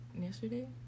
yesterday